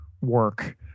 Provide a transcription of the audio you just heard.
work